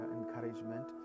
encouragement